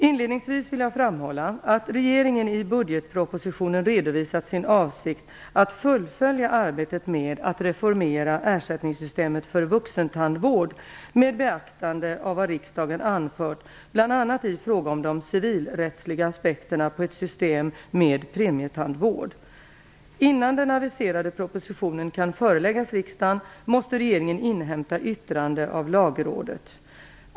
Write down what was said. Inledningsvis vill jag framhålla att regeringen i budgetpropositionen redovisat sin avsikt att fullfölja arbetet med att reformera ersättningssystemet för vuxentandvård med beaktande av vad riksdagen anfört bl.a. i fråga om de civilrättsliga aspekterna på ett system med premietandvård. Innan den aviserade propositionen kan föreläggas riksdagen måste regeringen inhämta yttrande av lagrådet.